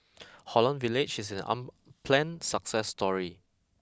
Holland Village is an unplanned success story